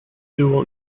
dual